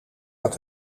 dat